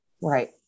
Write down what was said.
Right